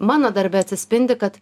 mano darbe atsispindi kad